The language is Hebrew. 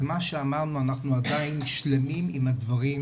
ומה שאמרנו, אנחנו עדין שלמים עם הדברים,